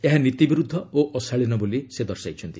ଏହା ନୀତି ବିରୁଦ୍ଧ ଓ ଅଶାଳୀନ ବୋଲି ସେ ଦର୍ଶାଇଛନ୍ତି